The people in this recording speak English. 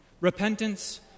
repentance